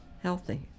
healthy